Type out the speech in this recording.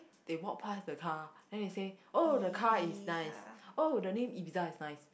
they walk passed the car then they say oh the car is nice oh the name Ibiza is nice